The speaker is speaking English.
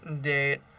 date